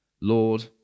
Lord